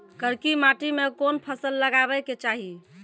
करकी माटी मे कोन फ़सल लगाबै के चाही?